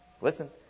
Listen